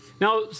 Now